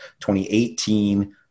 2018